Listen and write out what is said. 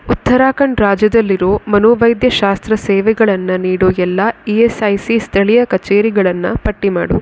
ಉತ್ತರಾಖಂಡ ರಾಜ್ಯದಲ್ಲಿರೋ ಮನೋವೈದ್ಯಶಾಸ್ತ್ರ ಸೇವೆಗಳನ್ನು ನೀಡೋ ಎಲ್ಲ ಇ ಎಸ್ ಐ ಸಿ ಸ್ಥಳೀಯ ಕಚೇರಿಗಳನ್ನು ಪಟ್ಟಿ ಮಾಡು